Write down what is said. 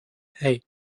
hey